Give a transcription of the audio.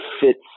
fits